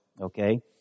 Okay